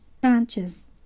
Branches